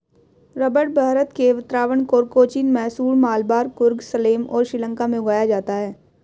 रबड़ भारत के त्रावणकोर, कोचीन, मैसूर, मलाबार, कुर्ग, सलेम और श्रीलंका में उगाया जाता है